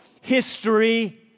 history